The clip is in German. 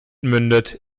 mündet